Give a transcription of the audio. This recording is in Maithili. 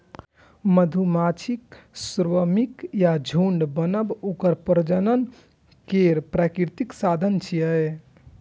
मधुमाछीक स्वार्मिंग या झुंड बनब ओकर प्रजनन केर प्राकृतिक साधन छियै